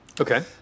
Okay